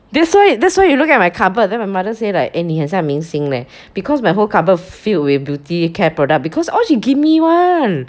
that's why that's why you look at my cupboard then my mother say like eh 你很像明星 leh because my whole cupboard filled with beauty care product because all she give me one